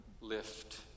lift